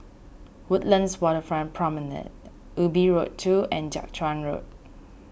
Woodlands Waterfront Promenade Ubi Road two and Jiak Chuan Road